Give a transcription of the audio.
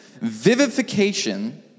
Vivification